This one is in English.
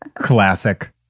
Classic